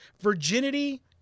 virginity